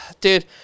dude